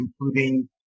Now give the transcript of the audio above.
including